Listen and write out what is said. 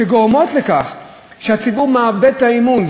וגורמים לכך שהציבור מאבד את האמון.